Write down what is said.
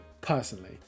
personally